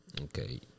okay